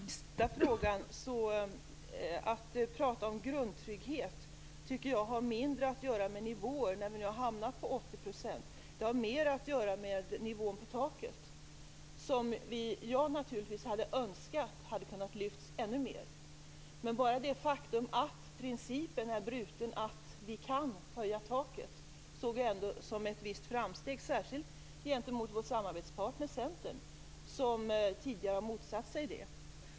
Fru talman! Jag börjar med den sista frågan. Frågan om grundtrygghet tycker jag har mindre att göra med nivåer, när vi nu har hamnat på 80 %. Det har mer att göra med nivån på taket, som jag naturligtvis hade önskat hade kunnat lyftas ännu mer. Bara det faktum att principen är bruten, att vi kan höja taket, ser jag ändå som ett visst framsteg, särskilt gentemot vår samarbetspartner Centern, som tidigare har motsatt sig det.